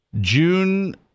June